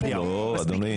לא, אדוני.